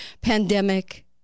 pandemic